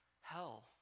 hell